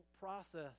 process